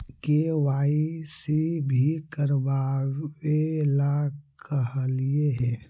KYC भी करवावेला कहलिये हे?